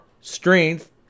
strength